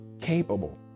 capable